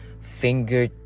finger